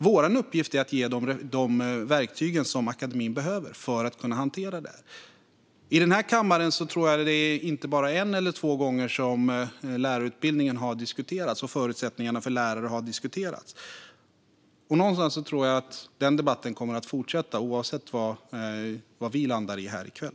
Vår uppgift är att ge de verktyg som akademin behöver för att kunna hantera detta. I denna kammare tror jag att det inte är bara en eller två gånger som lärarutbildningen och förutsättningarna för lärare har diskuterats. Och någonstans tror jag att den debatten kommer att fortsätta oavsett vad vi landar i här i kväll.